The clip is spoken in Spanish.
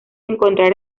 encontrar